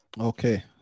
Okay